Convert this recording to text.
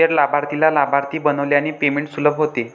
गैर लाभार्थीला लाभार्थी बनविल्याने पेमेंट सुलभ होते